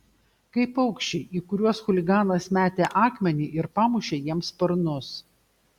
kaip paukščiai į kuriuos chuliganas metė akmenį ir pamušė jiems sparnus